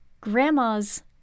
grandma's